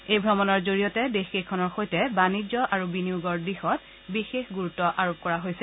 এই ভ্ৰমণৰ জৰিয়তে দেশ কেইখনৰ সৈতে বাণিজ্য আৰু বিনিয়োগৰ দিশত বিশেষ গুৰুত্ব আৰোপ কৰা হৈছে